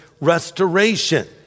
restoration